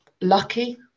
lucky